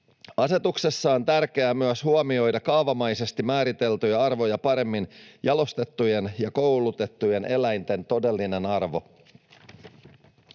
Asetuksessa on tärkeää myös huomioida kaavamaisesti määriteltyjä arvoja paremmin jalostettujen ja koulutettujen eläinten todellinen arvo.